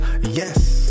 yes